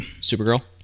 Supergirl